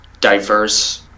diverse